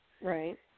right